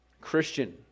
Christian